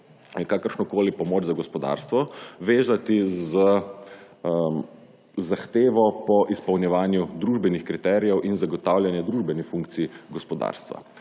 kakršnokoli pomoč za gospodarstvo vezati z zahtevo po izpolnjevanju družbenih kriterijev in zagotavljanju družbenih funkcij gospodarstva.